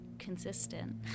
consistent